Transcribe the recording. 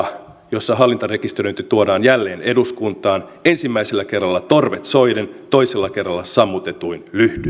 jossa hallintarekisteröinti tuodaan jälleen eduskuntaan ensimmäisellä kerralla torvet soiden toisella kerralla sammutetuin lyhdyin